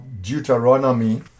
Deuteronomy